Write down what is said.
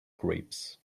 grapes